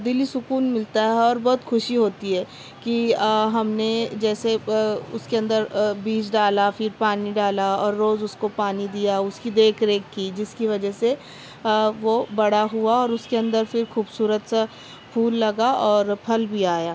دلی سکون ملتا ہے اور بہت خوشی ہوتی ہے کہ ہم نے جیسے اس کے اندر بیج ڈالا پھر پانی ڈالا اور روز اس کو پانی دیا اس کی دیکھ ریکھ کی جس کی وجہ سے وہ بڑا ہوا اور اس کر اندر سے خوبصورت سا پھول لگا اور پھل بھی آیا